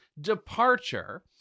departure